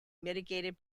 mitigated